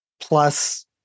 plus